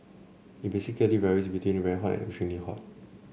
it basically varies between very hot and extremely hot